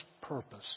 purpose